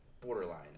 borderline